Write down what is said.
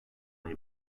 ayı